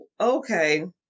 okay